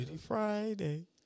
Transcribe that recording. Friday